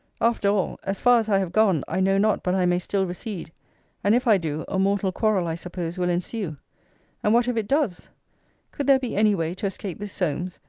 after all, as far as i have gone, i know not but i may still recede and, if i do, a mortal quarrel i suppose will ensue and what if it does could there be any way to escape this solmes,